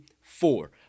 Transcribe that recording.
four